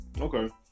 Okay